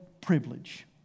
privilege